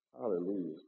Hallelujah